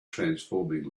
transforming